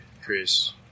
Chris